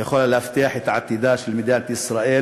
ויכולה להבטיח את עתידה של מדינת ישראל